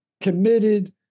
committed